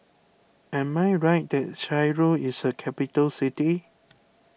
am I right that Cairo is a capital city